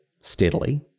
steadily